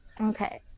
okay